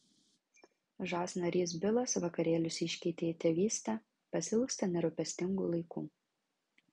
žas narys bilas vakarėlius iškeitė į tėvystę pasiilgsta nerūpestingų laikų